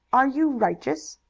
are you righteous?